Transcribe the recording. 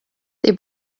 they